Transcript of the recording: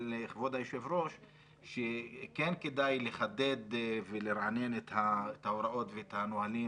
כבוד היושבת-ראש שכן כדאי לחדד ולרענן את ההוראות ואת הנהלים